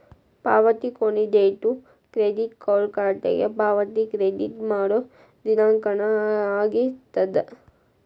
ಪಾವತಿ ಕೊನಿ date credit card ಖಾತೆಗೆ ಪಾವತಿ ಕ್ರೆಡಿಟ್ ಮಾಡೋ ದಿನಾಂಕನ ಆಗಿರ್ತದ